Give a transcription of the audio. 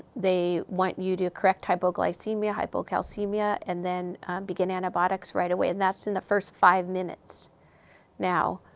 they want you to correct hypoglycemia, hypocalcaemia, and then begin antibiotics right away and that's in the first five minutes now.